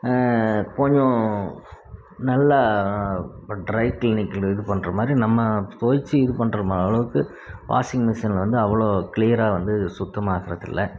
கொஞ்சம் நல்ல ட்ரை கிளீனிகில் இது பண்ணுற மாதிரி நம்ம துவைச்சு இது பண்ணுறோமே அவ்வளோக்கு வாஷிங் மிஷின் வந்து அவ்வளோ க்ளீயராக வந்து சுத்தமாக ஆக்கிறதில்ல